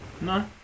No